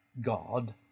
God